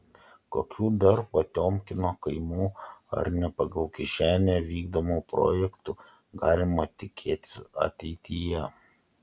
kokių dar potiomkino kaimų ar ne pagal kišenę vykdomų projektų galima tikėtis ateityje